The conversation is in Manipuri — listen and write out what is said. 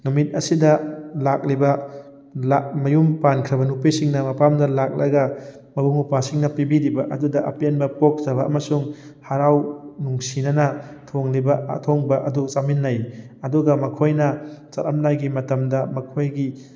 ꯅꯨꯃꯤꯠ ꯑꯁꯤꯗ ꯂꯥꯛꯂꯤꯕ ꯃꯌꯨꯝ ꯄꯥꯟꯈ꯭ꯔꯕ ꯅꯨꯄꯤꯁꯤꯡꯅ ꯃꯄꯥꯝꯗ ꯂꯥꯛꯂꯒ ꯃꯕꯨꯡ ꯃꯧꯄꯥꯁꯤꯡꯅ ꯄꯤꯕꯤꯔꯤꯕ ꯑꯗꯨꯗ ꯑꯄꯦꯟꯕ ꯄꯣꯛꯆꯕ ꯑꯃꯁꯨꯡ ꯍꯔꯥꯎ ꯅꯨꯡꯁꯤꯅꯅ ꯊꯣꯡꯂꯤꯕ ꯑꯊꯣꯡꯕ ꯑꯗꯨ ꯆꯥꯃꯤꯟꯅꯩ ꯑꯗꯨꯒ ꯃꯈꯣꯏꯅ ꯆꯠꯂꯝꯗꯥꯏꯒꯤ ꯃꯇꯝꯗ ꯃꯈꯣꯏꯒꯤ